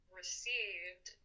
received